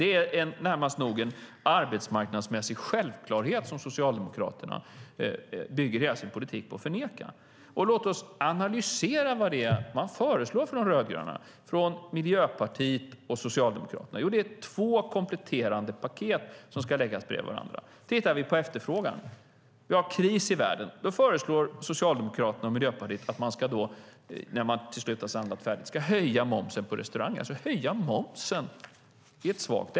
Det är närmast en arbetsmarknadsmässig självklarhet som Socialdemokraterna bygger hela sin politik på att förneka. Låt oss analysera vad det är man föreslår från de rödgröna, alltså från Miljöpartiet och Socialdemokraterna. Det är två kompletterande paket som ska läggas bredvid varandra.